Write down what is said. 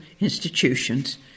institutions